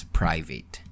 private